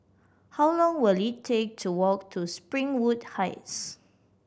how long will it take to walk to Springwood Heights